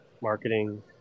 marketing